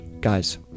guys